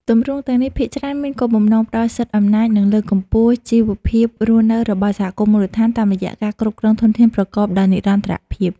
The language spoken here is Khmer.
ទម្រង់ទាំងនេះភាគច្រើនមានគោលបំណងផ្ដល់សិទ្ធិអំណាច និងលើកកម្ពស់ជីវភាពរស់នៅរបស់សហគមន៍មូលដ្ឋាន តាមរយៈការគ្រប់គ្រងធនធានប្រកបដោយនិរន្តរភាព។